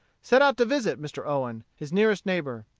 set out to visit mr. owen, his nearest neighbor.